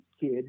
kid